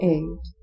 Eight